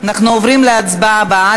אנחנו עוברים להצבעה הבאה,